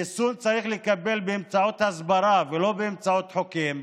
חיסון צריך לקבל באמצעות הסברה ולא באמצעות חוקים,